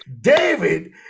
David